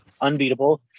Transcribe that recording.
unbeatable